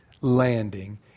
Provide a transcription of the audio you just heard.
landing